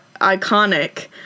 iconic